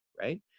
right